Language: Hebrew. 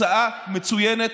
הצעה מצוינת.